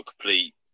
complete